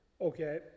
Okay